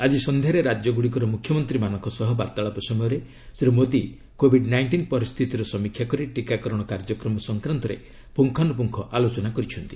ଆଜି ସନ୍ଧ୍ୟାରେ ରାଜ୍ୟଗୁଡ଼ିକର ମୁଖ୍ୟମନ୍ତ୍ରୀମାନଙ୍କ ସହ ବାର୍ତ୍ତାଳାପ ସମୟରେ ଶ୍ରୀ ମୋଦୀ କୋବିଡ୍ ନାଇଷ୍କିନ୍ ପରିସ୍ଥିତିର ସମୀକ୍ଷା କରି ଟିକାକରଣ କାର୍ଯ୍ୟକ୍ରମ ସଂକ୍ରାନ୍ତରେ ପୁଙ୍ଗାନୁପୁଙ୍ଗ ଆଲୋଚନା କରିଛନ୍ତି